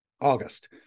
August